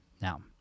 Now